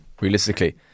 realistically